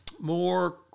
More